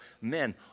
men